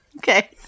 Okay